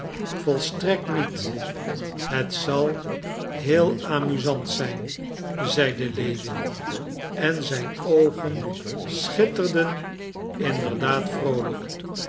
volstrekt niet het zal heel amusant zijn zeide lewin en zijn oogen schitterden inderdaad vroolijk